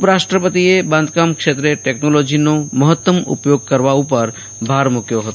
ઉપરાષ્ટ્રપતિએ બાંધકામ ક્ષેત્રે ટેક્નોલોજીના મહત્તમ ઉપયોગ કરવા ઉપર ભાર મૂક્યો હતો